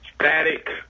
Static